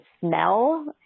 smell